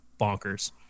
bonkers